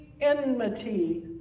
enmity